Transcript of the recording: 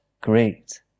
great